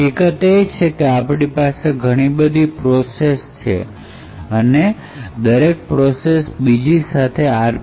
હકીકત એ છે કે આપણી પાસે ઘણી બધી પ્રોસેસ છે અને દરેક પ્રોસેસ બીજી સાથે આર